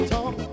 Talk